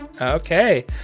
Okay